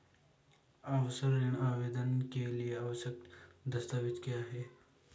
आवास ऋण आवेदन के लिए आवश्यक दस्तावेज़ क्या हैं?